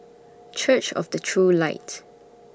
Church of The True Light